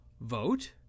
Vote